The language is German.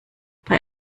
bei